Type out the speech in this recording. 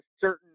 certain